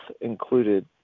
included